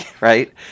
right